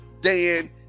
dan